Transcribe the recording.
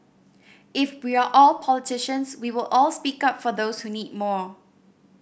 if we are all politicians we will all speak up for those who need more